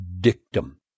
dictum